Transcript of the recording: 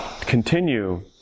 continue